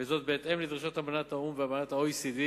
בהתאם לדרישות אמנת האו"ם ואמנת ה-OECD